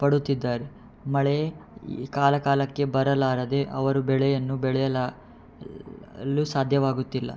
ಪಡುತ್ತಿದ್ದಾರೆ ಮಳೆ ಈ ಕಾಲಕಾಲಕ್ಕೆ ಬರಲಾರದೆ ಅವರು ಬೆಳೆಯನ್ನು ಬೆಳೆಯಲು ಲ್ಲು ಸಾಧ್ಯವಾಗುತ್ತಿಲ್ಲ